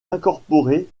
incorporé